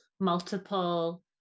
multiple